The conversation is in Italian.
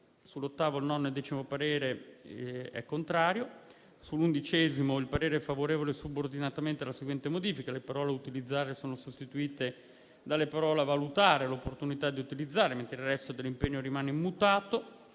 Sull'ottavo, sul nono e sul decimo impegno il parere è contrario. Sull'undicesimo impegno il parere è favorevole subordinatamente alla seguente modifica: le parole «a utilizzare» sono sostituite dalle parole «a valutare l'opportunità di utilizzare», mentre il resto dell'impegno rimane immutato.